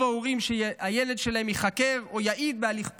ההורים שהילד שלהם ייחקר או יעיד בהליך פלילי.